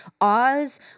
Oz